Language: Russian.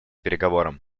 переговорам